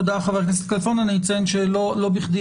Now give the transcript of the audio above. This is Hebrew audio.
תודה, חבר הכנסת כלפון.